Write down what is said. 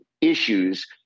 issues